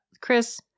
Chris